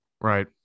Right